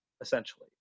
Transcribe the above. essentially